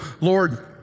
Lord